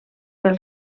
pel